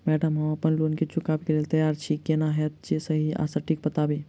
Madam हम अप्पन loan केँ चुकाबऽ लैल तैयार छी केना हएत जे सही आ सटिक बताइब?